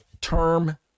term